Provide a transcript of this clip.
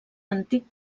antic